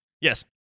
yes